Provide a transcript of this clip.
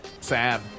Sad